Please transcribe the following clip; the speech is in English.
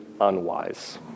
unwise